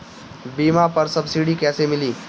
बीया पर सब्सिडी कैसे मिली?